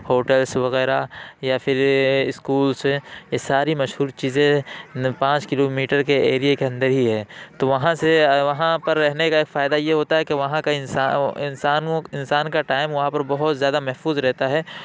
hotels وغیرہ یا پھر اسکولس یہ ساری مشہور چیزیں پانچ کلو میٹر کے ایریے کے اندر ہی ہے تو وہاں سے وہاں پر رہنے کا ایک فائدہ یہ ہوتا ہے کہ وہاں کا انسان وہ انسان کا ٹائم وہاں پر بہت زیادہ محفوظ رہتا ہے